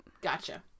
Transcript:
Gotcha